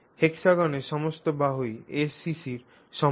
হেক্সাগনের সমস্ত বাহুই acc র সমান